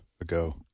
ago